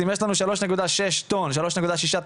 אם יש לנו 3.6 טון בחודש,